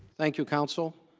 thank you, counsel.